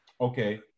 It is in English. Okay